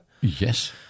Yes